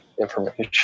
information